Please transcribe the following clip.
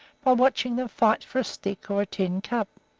by watching them fight for a stick or a tin cup.